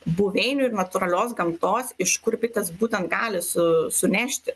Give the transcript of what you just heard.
buveinių ir natūralios gamtos iš kur bitės būtent gali su sunešti